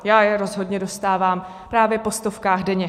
Já je rozhodně dostávám právě po stovkách denně.